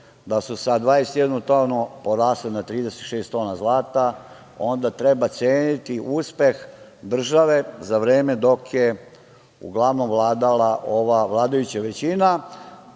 da su sa 21 tonu porasle na 36 tona zlata, onda treba ceniti uspeh države za vreme dok je uglavnom vladala ova vladajuća većina,